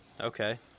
Okay